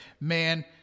man